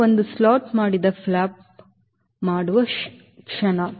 ನೀವು ಒಂದೇ ಸ್ಲಾಟ್ ಮಾಡಿದ ಫ್ಲಾಪ್ ಮಾಡುವ ಕ್ಷಣ